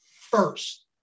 first